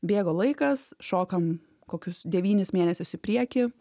bėgo laikas šokam kokius devynis mėnesius į priekį